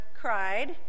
cried